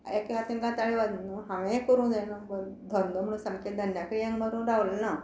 एका हातीन काय ताळी वाजना न्हू हांवें करूंक जायना धंदो म्हणून सामके धंद्याक येंग मारून रावलें ना